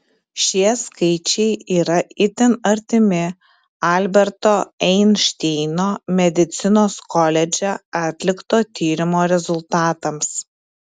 šie skaičiai yra itin artimi alberto einšteino medicinos koledže atlikto tyrimo rezultatams